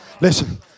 Listen